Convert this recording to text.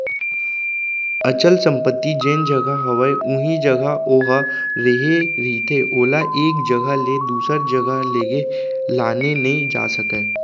अचल संपत्ति जेन जघा हवय उही जघा ओहा रेहे रहिथे ओला एक जघा ले दूसर जघा लेगे लाने नइ जा सकय